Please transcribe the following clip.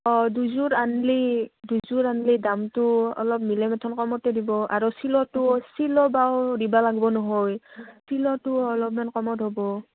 অঁ দুযোৰ আনলি দুযোৰ আনলি দামটো অলপ মিলে এথোন কমতে দিব আৰু চিলৱাটো চিল' বাৰু দিবা লাগব নহয় চিলাটোও অলপমান কমত হ'ব